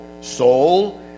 Soul